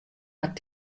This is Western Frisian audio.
hat